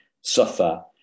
suffer